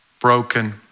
broken